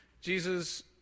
Jesus